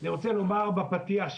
אני רוצה לומר בפתיח,